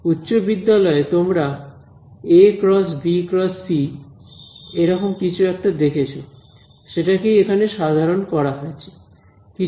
উচ্চ বিদ্যালয় এ তোমরা A→ × B→ × C→ এরকম কিছু একটা দেখেছ সেটাকেই এখানে সাধারণ করা হয়েছে